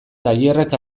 tailerrak